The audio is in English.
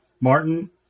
Martin